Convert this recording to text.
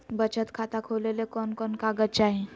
बचत खाता खोले ले कोन कोन कागज चाही?